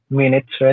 minutes